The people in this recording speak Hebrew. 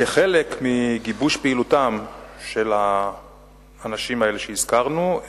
כחלק מגיבוש פעילותם של האנשים האלה שהזכרנו,